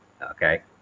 okay